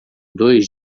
dois